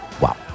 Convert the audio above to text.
Wow